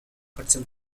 hudson